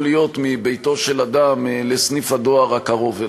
להיות מביתו של אדם לסניף הדואר הקרוב אליו,